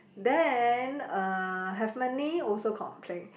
then uh have money also complain